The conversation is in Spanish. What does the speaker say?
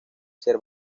ser